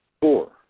four